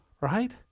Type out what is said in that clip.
right